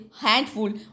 handful